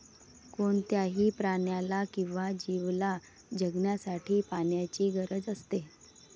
कोणत्याही प्राण्याला किंवा जीवला जगण्यासाठी पाण्याची गरज असते